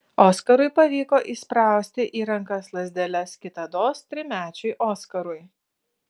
oskarui pavyko įsprausti į rankas lazdeles kitados trimečiui oskarui